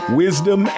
wisdom